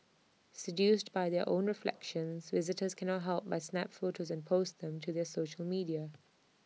seduced by their own reflections visitors cannot help but snap photos and post them to their social media